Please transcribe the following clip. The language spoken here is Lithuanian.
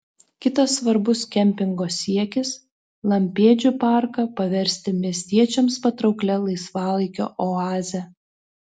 kitas svarbus kempingo siekis lampėdžių parką paversti miestiečiams patrauklia laisvalaikio oaze